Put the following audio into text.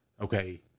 okay